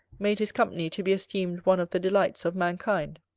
made his company to be esteemed one of the delights of mankind.